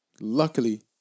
luckily